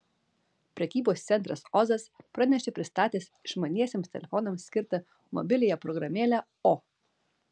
prekybos centras ozas pranešė pristatęs išmaniesiems telefonams skirtą mobiliąją programėlę o